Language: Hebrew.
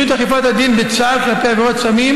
מדיניות אכיפת הדין בצה"ל כלפי עבירות סמים